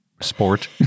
sport